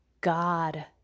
God